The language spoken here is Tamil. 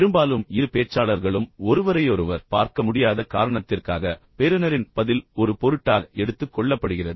பெரும்பாலும் இரு பேச்சாளர்களும் ஒருவரையொருவர் பார்க்க முடியாத காரணத்திற்காக பெறுநரின் பதில் ஒரு பொருட்டாக எடுத்துக் கொள்ளப்படுகிறது